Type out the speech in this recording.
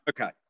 okay